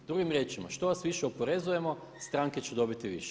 Drugim riječima, što vas više oporezujemo stranke će dobiti više.